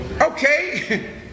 Okay